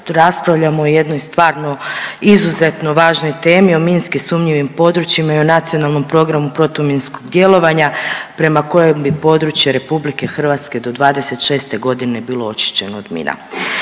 raspravljamo o jednoj stvarno izuzetno važnoj temi o minski sumnjivim područjima i o Nacionalnom programu protuminskog djelovanja prema koje bi područje RH do '26. godine bilo očišćeno od mina.